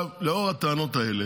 לאור הטענות האלה,